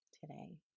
today